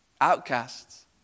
Outcasts